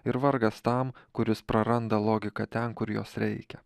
ir vargas tam kuris praranda logiką ten kur jos reikia